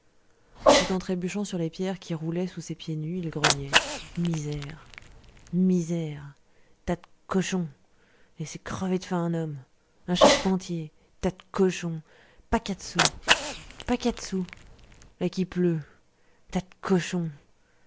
tout en trébuchant sur les pierres qui roulaient sous ses pieds nus il grognait misère misère tas de cochons laisser crever de faim un homme un charpentier tas de cochons pas quatre sous pas quatre sous v'là qu'il pleut tas de cochons